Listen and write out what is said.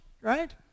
right